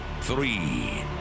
three